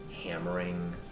hammering